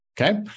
Okay